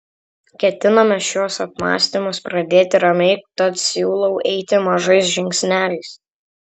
ketiname šiuos apmąstymus pradėti ramiai tad siūlau eiti mažais žingsneliais